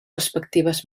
respectives